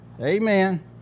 Amen